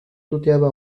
tuteaba